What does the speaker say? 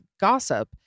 gossip